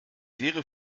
wäre